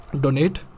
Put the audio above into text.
donate